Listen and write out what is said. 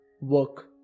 work